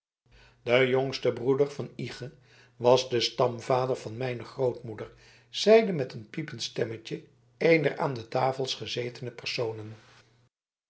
de jongste broeder van ige was de stamvader van mijn grootmoeder zeide met een piepend stemmetje een der aan de tafel gezetene personen